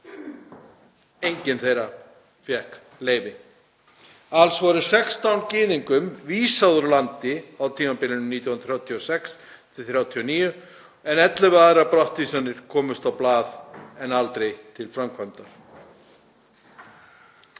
Enginn þeirra fékk leyfi. Alls var 16 gyðingum vísað úr landi á tímabilinu 1936–1939 en 11 aðrar brottvísanir komust á blað en aldrei til framkvæmdar.